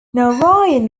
narayan